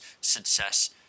success